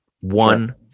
one